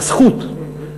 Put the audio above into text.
הזכות,